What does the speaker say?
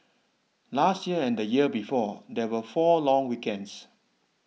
last year and the year before there were four long weekends